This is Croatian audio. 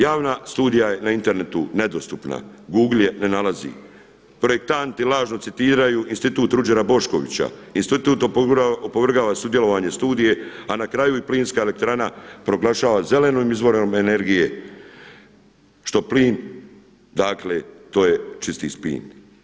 Javna studija je na internetu nedostupna, Google je ne nalazi, projektanti lažno citiraju Institut Ruđera Boškovića, institut opovrgava sudjelovanje studije, a na kraju i plinska elektrana proglašava zelenim izvorom energije, što plin dakle to je čisti spin.